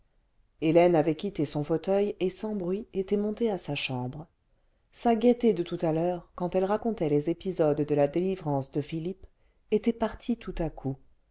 hélène avait quitté son fauteuil et sans bruit était montée à sa chambre sa gaieté de tout à l'heure quand elle racontait les épisodes de la délivrance de philippe était partie tout à coup